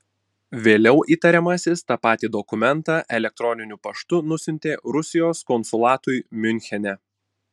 vėliau įtariamasis tą patį dokumentą elektroniniu paštu nusiuntė rusijos konsulatui miunchene